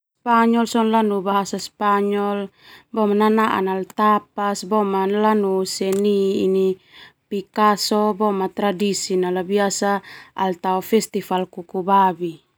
Lanu bahasa Spanyol nanaan nala sona tapas boema lanu seni bikaso boema tradisi nala sona biasa ala tao festival kuku babi.